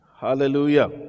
Hallelujah